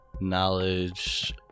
knowledge